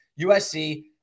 USC